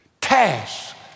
task